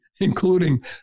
including